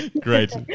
Great